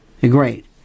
great